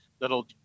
that'll